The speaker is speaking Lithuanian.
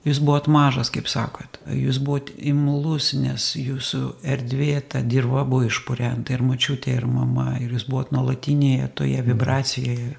jūs buvot mažas kaip sakot jūs buvot imlus nes jūsų erdvė ta dirva buvo išpurenta ir močiutė ir mama ir jūs buvot nuolatinėje toje vibracijoje